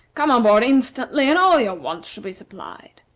come on board instantly, and all your wants shall be supplied.